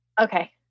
Okay